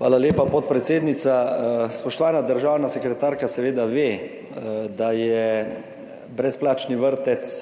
Hvala lepa, podpredsednica. Spoštovana državna sekretarka seveda ve, da je brezplačni vrtec